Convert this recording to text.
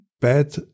bad